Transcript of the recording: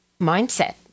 mindset